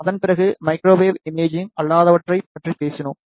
அதன்பிறகு microwave imaging அல்லாதவற்றைப் பற்றி பேசினோம்